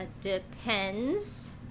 depends